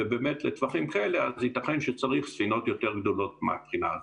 ובאמת לטווחים כאלה ייתכן שצריך ספינות יותר גדולות מבחינה זאת.